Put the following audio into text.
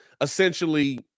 essentially